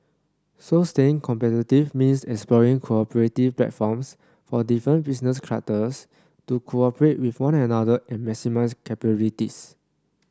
so staying competitive means exploring cooperative platforms for different business clusters to cooperate with one another and maximise capabilities